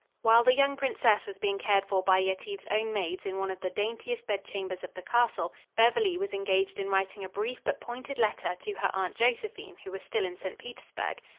while the young princess was being cared for by yetive's own maids in one of the daintiest bedchambers of the castle, beverly was engaged in writing a brief but pointed letter to her aunt josephine, who was still in st. petersburg.